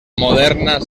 moderna